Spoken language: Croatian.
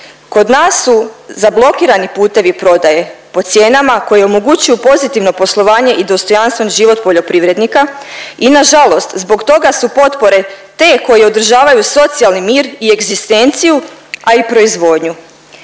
Kod nas su zablokirani putevi prodaje po cijenama koje omogućuju pozitivno poslovanje i dostojanstven život poljoprivrednika i nažalost zbog toga su potpore te koje održavaju socijalni mir i egzistenciju, a i proizvodnju.